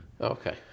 Okay